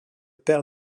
père